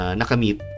nakamit